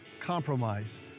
compromise